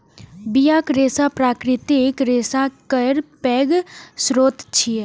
बियाक रेशा प्राकृतिक रेशा केर पैघ स्रोत छियै